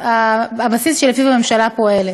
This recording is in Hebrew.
הבסיס שלפיו הממשלה פועלת.